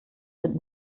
sind